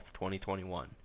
2021